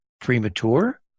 premature